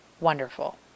wonderful